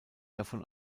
davon